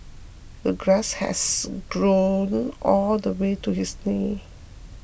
the grass has grown all the way to his knee